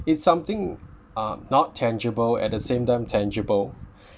it's something uh not tangible at the same time tangible